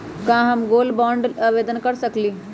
का हम gold bond ला आवेदन कर सकली ह?